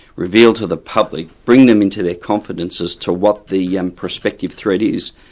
reveal to the public, bring them into their confidence as to what the yeah um prospective thread is.